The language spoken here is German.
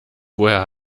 woher